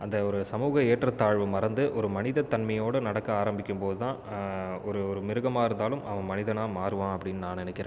அந்த ஒரு சமூக ஏற்றத்தாழ்வு மறந்து ஒரு மனிதத் தன்மையோடு நடக்க ஆரம்பிக்கும் போது தான் ஒரு ஒரு மிருகமாக இருந்தாலும் அவன் மனிதனாக மாறுவான் அப்படின்னு நான் நினைக்கிறேன்